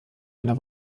einer